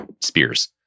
spears